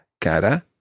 Cara